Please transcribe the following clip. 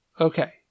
Okay